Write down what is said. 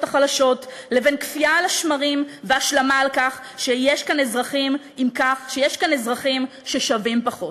החלשות לבין קפיאה על השמרים והשלמה עם כך שיש כאן אזרחים ששווים פחות.